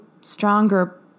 stronger